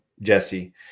Jesse